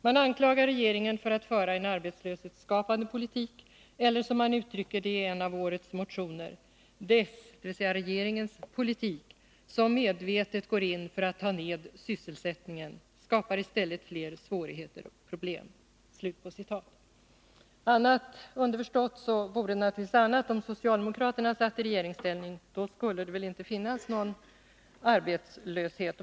Man anklagar regeringen för att föra en arbetslöshetsskapande politik — eller, som man uttrycker det i en av årets motioner, ”dess” — dvs. regeringens — ”politik, som medvetet går in för att ta ned sysselsättningen, skapar i stället fler svårigheter och problem.” Annat-— underförstått — vore det naturligtvis, om socialdemokraterna satt i regeringsställning. Då skulle det väl inte finnas någon arbetslöshet.